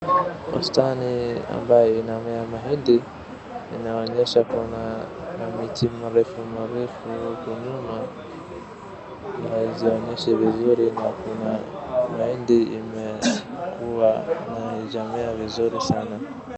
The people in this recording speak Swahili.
Bustani ambayo inamea mahindi, inaonyesha kuna miti mrefu mrefu huko nyuma na haizionyeshi vizuri na kuna mahindi imekua na haijamea vizuri sana.